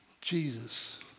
Jesus